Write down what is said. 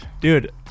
Dude